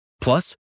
Plus